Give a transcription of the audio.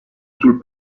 sul